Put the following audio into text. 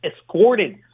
escorted